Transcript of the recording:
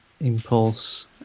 Impulse